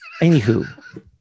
anywho